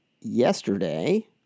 yesterday